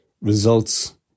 results